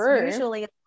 usually